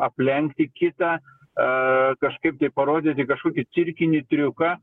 aplenkti kitą kažkaip tai parodyti kažkokį cirkinį triuką